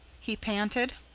he panted.